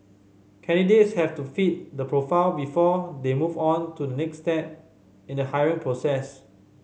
candidates have to fit the profile before they move on to the next step in the hiring process